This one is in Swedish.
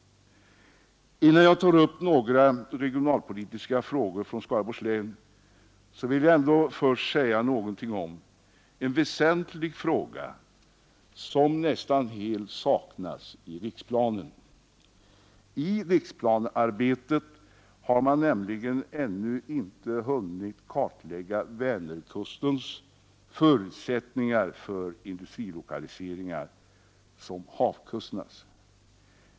Innan jag tar upp några regionalpolitiska frågor från Skaraborgs län vill jag säga något om en väsentlig fråga, som nästan helt saknas i riksplanen. I riksplanearbetet har man ännu inte hunnit kartlägga Vänerkustens förutsättningar som havskust när det gäller industrilokaliseringar.